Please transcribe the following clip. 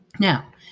Now